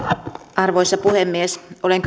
arvoisa puhemies olen